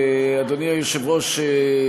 אדוני היושב-ראש,